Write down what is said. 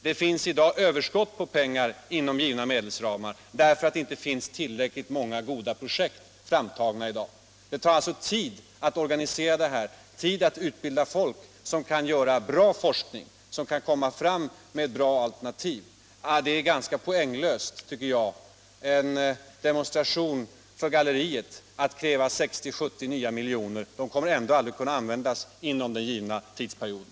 Det finns i dag överskott på pengar inom givna medelsramar därför att det inte finns tillräckligt många goda projekt framtagna. Det tar tid att organisera den här forskningen, tid att utbilda folk som kan bedriva bra forskning och som kan lägga fram bra alternativ. Det är ganska poänglöst, tycker jag, en demonstration för galleriet att kräva 60-70 nya miljoner. De kommer ändå aldrig att kunna användas inom den givna tidsperioden.